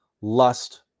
lust